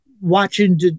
watching